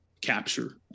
capture